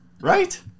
Right